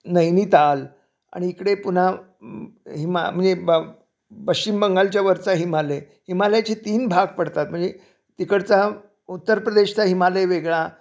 नैनीताल आणि इकडे पुन्हा हिमा म्हणजे ब पश्चिम बंगालच्या वरचा हिमालय हिमालयाचे तीन भाग पडतात म्हणजे तिकडचा उत्तर प्रदेशचा हिमालय वेगळा